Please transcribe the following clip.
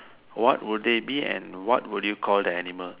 what would they be and what would you call the animal